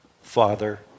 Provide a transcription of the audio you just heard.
Father